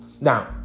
Now